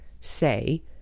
Say